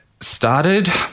started